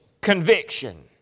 conviction